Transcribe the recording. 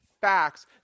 facts